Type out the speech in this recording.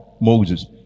Moses